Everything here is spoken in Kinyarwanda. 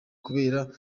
kubera